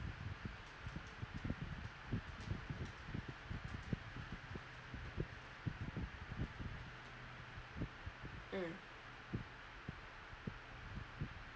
mm